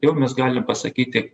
jau mes galim pasakyti